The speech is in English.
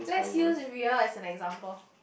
let's use Ria as an example